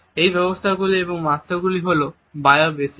এই ব্যবস্থাগুলি এবং মাত্রাগুলি হল বায়ো বেসিক